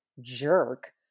jerk